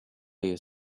you